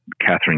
Catherine